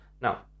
Now